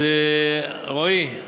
רועי,